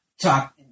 talk